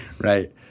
right